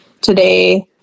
today